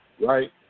right